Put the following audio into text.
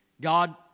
God